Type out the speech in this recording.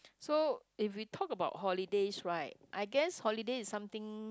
so if we talk about holidays right I guess holiday is something